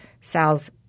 Sal's